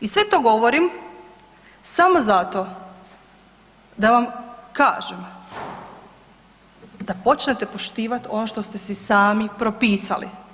I sve to govorim samo zato da vam kažem da počnete poštivati ono što ste si sami propisali.